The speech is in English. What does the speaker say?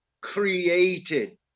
created